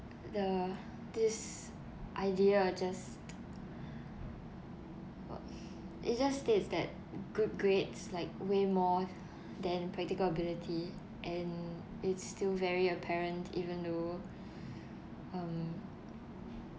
the this idea of just wh~ it just states that good grades like weigh more than practical ability and it's still very apparent even though um